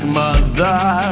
mother